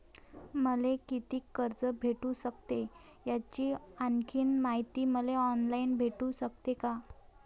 मले कितीक कर्ज भेटू सकते, याची आणखीन मायती मले ऑनलाईन भेटू सकते का?